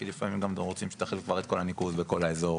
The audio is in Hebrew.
כי לפעמים גם לא רוצים שתחליף כבר את כל הניקוז ובכל האזור.